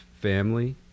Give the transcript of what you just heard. family